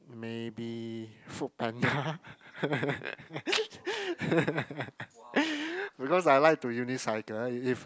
maybe Food Panda because I like to unicycle if if